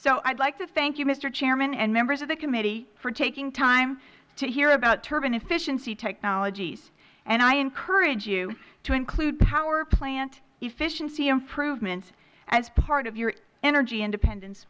would like to thank you mister chairman and members of the committee for taking time to hear about turbine efficiency technologies and i encourage you to include power plant efficiency improvements as part of your energy independence